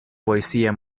poesía